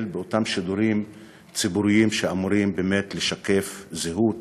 באותם שידורים ציבוריים שאמורים באמת לשקף זהות